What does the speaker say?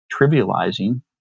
trivializing